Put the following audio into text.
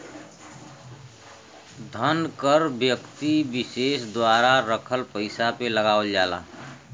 धन कर व्यक्ति विसेस द्वारा रखल पइसा पे लगावल जाला